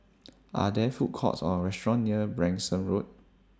Are There Food Courts Or restaurants near Branksome Road